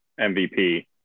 MVP